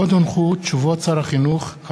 הודעות שר החינוך על